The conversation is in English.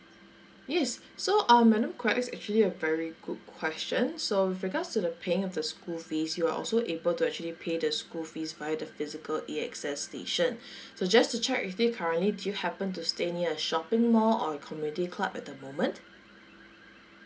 yes so um madam quak it's actually a very good question so with regards to the paying of the school fees you're also able to actually pay the school fees via the physical A_X_S station so just to check with you currently do you happen to stay near a shopping mall or a community club at the moment